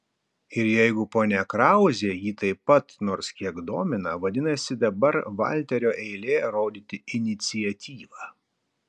ir jeigu ponia krauzė jį taip pat nors kiek domina vadinasi dabar valterio eilė rodyti iniciatyvą